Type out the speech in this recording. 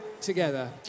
together